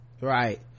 right